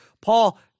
Paul